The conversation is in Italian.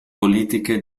politiche